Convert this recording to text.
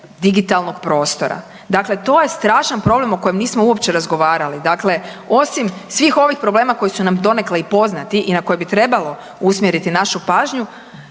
digitalnog prostora. Dakle, to je strašan problem o kojem nismo uopće razgovarali. Dakle, osim svih ovih problema koji su nam donekle i poznati i na koje bi trebalo usmjeriti našu pažnju